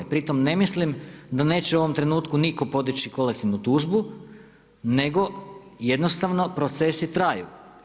Pritom ne mislim da neće u ovom trenutku nitko podići kolektivnu tužbu, nego jednostavno procesi traju.